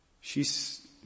shes